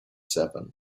seven